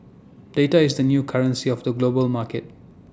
data is the new currency of the global market